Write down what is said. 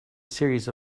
series